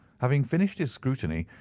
having finished his scrutiny,